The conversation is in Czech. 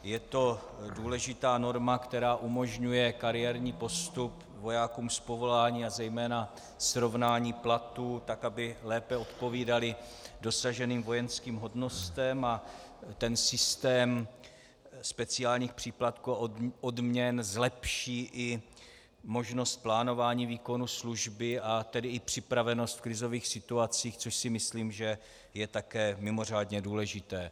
Je to důležitá norma, která umožňuje kariérní postup vojákům z povolání a zejména srovnání platů tak, aby lépe odpovídaly dosaženým vojenským hodnostem, a systém speciálních příplatků a odměn zlepší i možnost plánování výkonu služby, a tedy i připravenost v krizových situacích, což si myslím, že je také mimořádně důležité.